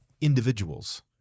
individuals